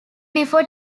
before